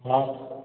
हा हा